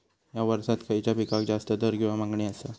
हया वर्सात खइच्या पिकाक जास्त दर किंवा मागणी आसा?